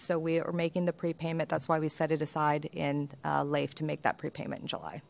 so we are making the prepayment that's why we set it aside in life to make that prepayment in july